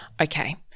Okay